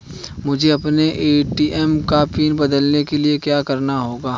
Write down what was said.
मुझे अपने ए.टी.एम का पिन बदलने के लिए क्या करना होगा?